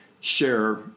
share